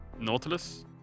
Nautilus